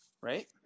right